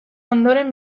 ondoren